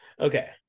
Okay